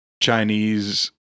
Chinese